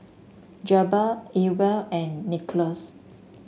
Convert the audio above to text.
Jabbar Ewell and Nicklaus